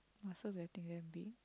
muscles getting damn big